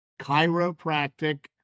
chiropractic